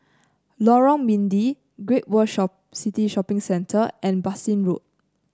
Lorong Mydin Great World Shop City Shopping Center and Bassein Road